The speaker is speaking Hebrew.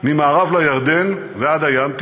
ממערב לירדן ועד הים,